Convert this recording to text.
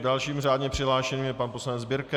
Dalším řádně přihlášeným je pan poslanec Birke.